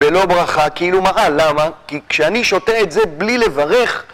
בלא ברכה, כאילו מה רע? למה? כי כשאני שותה את זה בלי לברך...